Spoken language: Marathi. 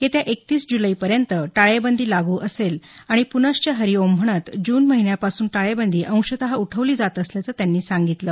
येत्या एकतीस जुलैपर्यंत टाळेबंदी लागू असेल आणि पुनश्च हरीओम म्हणत जून महिन्यापासून टाळेबंदी अंशतः उठवली जात असल्याचं त्यांनी सांगितलं